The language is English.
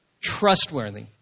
Trustworthy